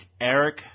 Eric